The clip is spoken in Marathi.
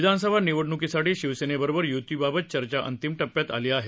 विधानसभा निवडण्कीसाठी शिवसेनेबरोबर य्तीबाबत चर्चा अंतिम टप्प्यात आली आहे